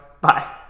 Bye